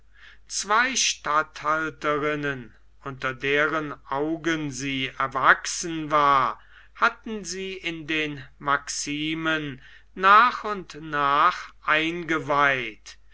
zwei statthalterinnen unter deren augen sie erwachsen war hatten sie in den maximen nach und nach eingeweiht